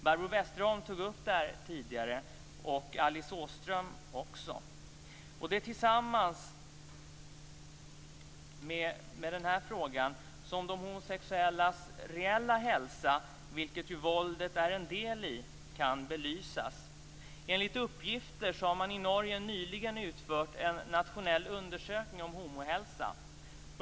Barbro Westerholm tog upp detta tidigare och även Alice Åström. Det är med de här frågorna som de homosexuellas reella hälsa, vilken ju våldet är en del i, kan belysas. Enligt uppgifter har man i Norge nyligen utfört en nationell undersökning om homohälsa.